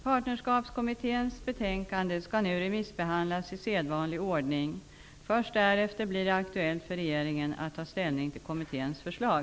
Partnerskapskommitténs betänkande skall nu remissbehandlas i sedvanlig ordning. Först därefter blir det aktuellt för regeringen att ta ställning till kommitténs förslag.